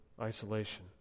isolation